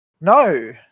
no